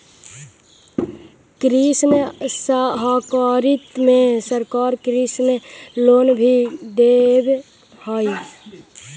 कृषि सहकारिता में सरकार कृषि लोन भी देब हई